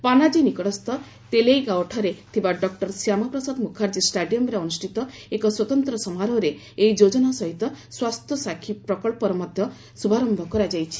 ପାନାଜୀ ନିକଟସ୍ଥ ତେଲେଇଗାଓ ଠାରେ ଥିବା ଡକ୍ଟର ଶ୍ୟାମାପ୍ରସାଦ ମୁଖାର୍ଜୀ ଷ୍ଟାଡିୟମ୍ରେ ଅନୁଷ୍ଠିତ ଏକ ସ୍ୱତନ୍ତ୍ର ସମାରୋହରେ ଏହି ଯୋଜନା ସହିତ ସ୍ୱାସ୍ଥ୍ୟ ସାକ୍ଷୀ ପ୍ରକଚ୍ଚର ମଧ୍ୟ ଶୁଭାରମ୍ଭ କରାଯାଇଛି